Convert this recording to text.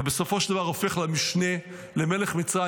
ובסופו של דבר הופך למשנה למלך מצרים.